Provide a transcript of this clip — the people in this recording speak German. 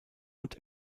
und